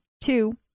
Two